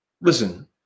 listen